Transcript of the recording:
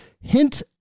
hint